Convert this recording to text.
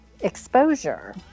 Exposure